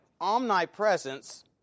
omnipresence